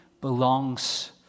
belongs